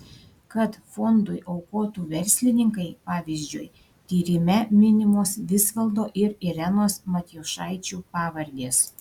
kad fondui aukotų verslininkai pavyzdžiu tyrime minimos visvaldo ir irenos matjošaičių pavardės